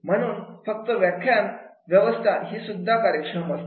म्हणून फक्त व्याख्यान व्यवस्था हीसुद्धा कार्यक्षम असते